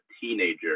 teenager